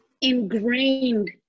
ingrained